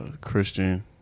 Christian